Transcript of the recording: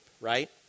right